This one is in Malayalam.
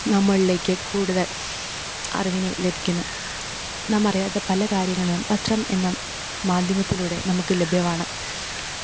നമ്മളിലേക്ക് കൂടുതല് അറിവിനെ ലഭിക്കുന്നു നാം അറിയാതെ പല കാര്യങ്ങളും പത്രം എന്ന മാധ്യമത്തിലൂടെ നമുക്ക് ലഭ്യമാണ്